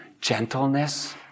gentleness